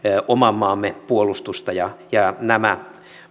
oman maamme puolustusta ja ja nämä